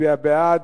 יצביע בעד.